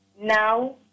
Now